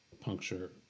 puncture